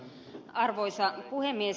arvoisa puhemies